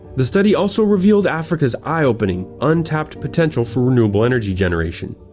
the study also revealed africa's eye-opening, untapped potential for renewable energy generation.